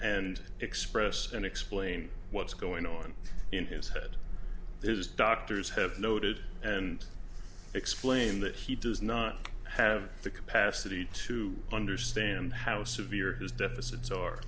and express and explain what's going on in his head his doctors have noted and explain that he does not have the capacity to understand how severe his deficits